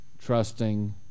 trusting